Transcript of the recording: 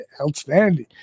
Outstanding